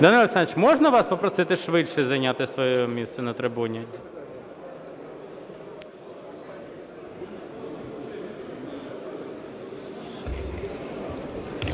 Данило Олександрович, можна вас попросити швидше зайняти своє місце на трибуні?